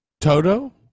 Toto